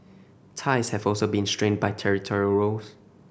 ties have also been strained by territorial rows